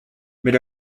mais